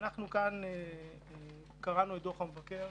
אנחנו קראנו את דוח המבקר.